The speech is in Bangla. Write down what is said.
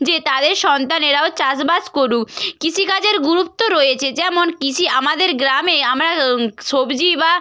যে তাদের সন্তানেরাও চাষবাস করুক কৃষিকাজের গুরুত্ব রয়েছে যেমন কৃষি আমাদের গ্রামে আমরা সবজি বা